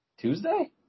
Tuesday